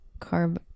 carb